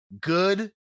good